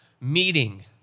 meeting